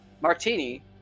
martini